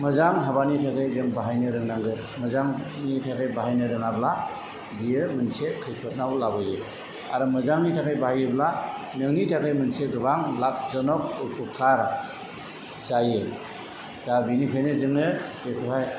मोजां हाबानि थाखाय जों बाहायनो रोंनांगोन मोजांनि थाखाय बाहायनो रोङाब्ला बियो मोनसे खैफोदआव लाबोयो आरो मोजांनि थाखाय बाहायोब्ला नोंनि थाखाय मोनसे गोबां लाब जनख उफुखार जायो दा बिनिखायनो जोङो बेखौहाय